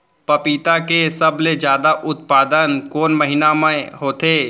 पपीता के सबले जादा उत्पादन कोन महीना में होथे?